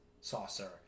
saucer